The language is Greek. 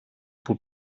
που